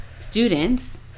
students